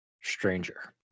stranger